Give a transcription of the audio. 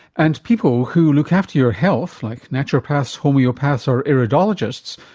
and people who look after your health, like naturopaths, homeopaths or iridologists,